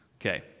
Okay